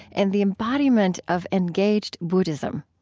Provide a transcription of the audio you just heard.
and the embodiment of engaged buddhism.